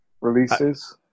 releases